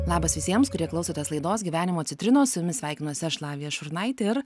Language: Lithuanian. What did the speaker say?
labas visiems kurie klausotės laidos gyvenimo citrinos su jumis sveikinuosi aš lavija šurnaitė ir